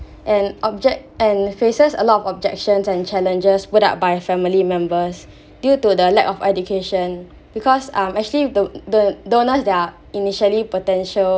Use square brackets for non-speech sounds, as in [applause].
and object~ and faces a lot of objections and challenges putout by family members [breath] due to the lack of education because um actually the the donors that're initially potential